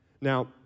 Now